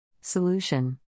Solution